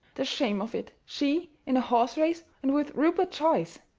the shame of it she, in a horse-race, and with rupert joyce!